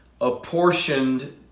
apportioned